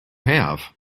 have